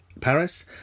Paris